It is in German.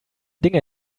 dinge